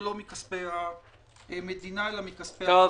ולא מכספי המדינה אלא מכספי המיסים.